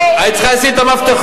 היית צריכה לשים את המפתחות.